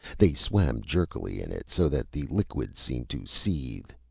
they swarm jerkily in it so that the liquid seemed to seethe.